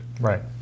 Right